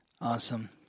awesome